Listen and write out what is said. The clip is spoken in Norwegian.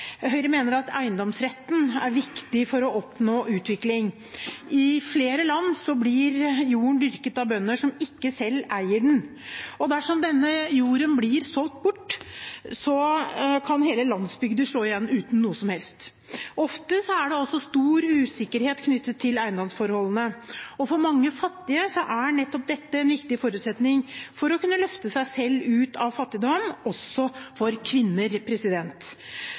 Høyre mener at eiendomsretten er viktig for å oppnå utvikling. I flere land blir jorda dyrket av bønder som ikke selv eier den. Dersom denne jorda blir solgt bort, kan hele landsbygder stå igjen uten noe som helst. Ofte er det også stor usikkerhet knyttet til eiendomsforholdene. For mange fattige er nettopp dette en viktig forutsetning for å kunne løfte seg selv ut av fattigdom, også for kvinner.